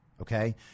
Okay